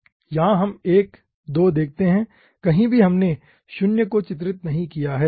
यहां आप 1 2 देखते हैं कहीं भी हमने 0 को चित्रित नहीं किया है